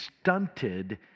stunted